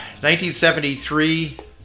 1973